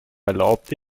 erlaubt